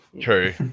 True